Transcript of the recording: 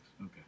Okay